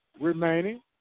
remaining